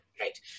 Right